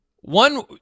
One